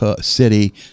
City